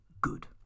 good